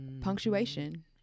punctuation